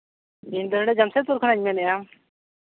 ᱤᱧᱫᱚ ᱱᱚᱰᱮ ᱡᱟᱢᱥᱮᱫᱽᱯᱩᱨ ᱠᱷᱚᱱᱟᱜ ᱤᱧ ᱢᱮᱱᱮᱜᱼᱟ